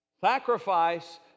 sacrifice